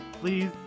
Please